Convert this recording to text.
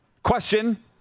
Question